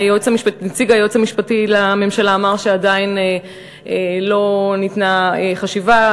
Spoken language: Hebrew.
נציג היועץ המשפטי לממשלה אמר שעדיין לא ניתנה חשיבה.